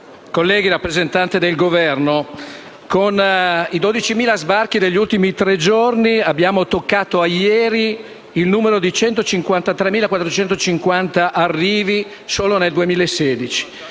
colleghi, rappresentante del Governo, con i 12.000 sbarchi degli ultimi tre giorni abbiamo toccato ieri il numero di 153.450 arrivi solo nel 2016.